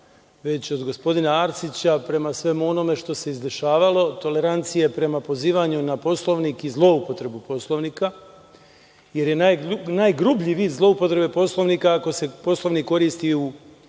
već od gospodina Arsića prema svemu onome što se izdešavalo, tolerancije prema pozivanju na Poslovnik i zloupotrebu Poslovnika, jer je najgrublji vid zloupotrebe Poslovnika, ako se Poslovnik koristi u